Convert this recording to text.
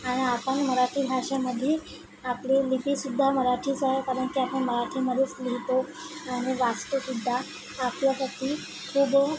आणि आपण मराठी भाषेमद्धी आपली लिपीसुद्धा मराठीच आहे कारण की आपण मराठीमध्येच लिहितो आणि वाचतोसुद्धा आपल्यासाठी हूबहू